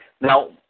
Now